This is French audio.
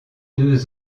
deux